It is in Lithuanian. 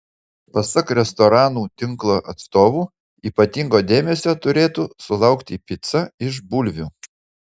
pasak restoranų tinklo atstovų ypatingo dėmesio turėtų sulaukti pica iš bulvių